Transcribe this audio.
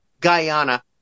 Guyana